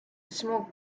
smoke